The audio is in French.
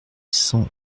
cents